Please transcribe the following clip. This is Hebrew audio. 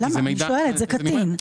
זה קטין.